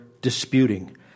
disputing